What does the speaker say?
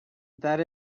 that